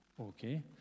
Okay